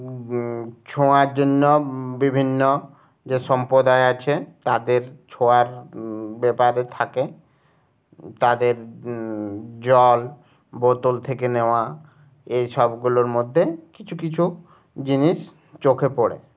ছোঁয়ার জন্য বিভিন্ন যে সম্পদায় আছে তাদের ছোঁয়ার ব্যাপারে থাকে তাদের জল বোতল থেকে নেওয়া এইসবগুলোর মধ্যে কিছু কিছু জিনিস চোখে পড়ে